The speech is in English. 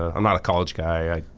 ah i'm not a college guy,